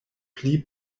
pli